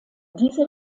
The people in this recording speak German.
diese